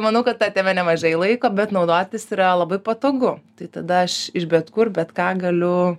manau kad atėmė nemažai laiko bet naudotis yra labai patogu tai tada aš iš bet kur bet ką galiu